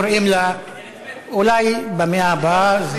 אולי במאה הבאה.